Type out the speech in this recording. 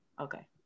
Okay